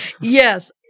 Yes